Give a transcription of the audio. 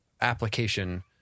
application